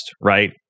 right